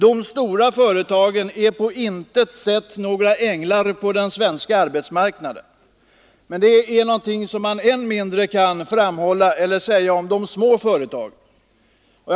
De stora företagen är på intet sätt några änglar på den svenska arbetsmarknaden, men det är något som man ännu mera kan säga om de små företagen.